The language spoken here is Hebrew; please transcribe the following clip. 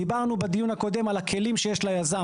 דיברנו בדיון הקודם על הכלים שיש ליזם.